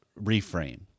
reframe